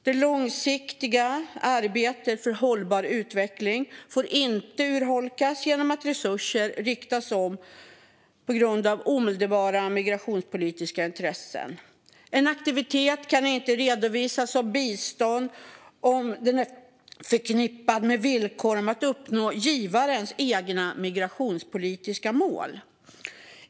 Det långsiktiga arbetet för hållbar utveckling får inte urholkas genom att resurser riktas om på grund av omedelbara migrationspolitiska intressen. En aktivitet kan inte redovisas som bistånd om den är förknippad med villkor om att uppnå givarens egna migrationspolitiska mål.